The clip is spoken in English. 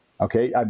Okay